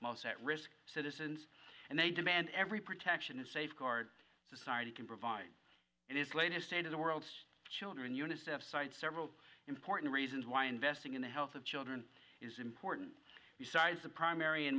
most at risk citizens and they demand every protection and safeguard society can provide and is laid in state of the world's children unicef's cites several important reasons why investing in the health of children is important besides the primary and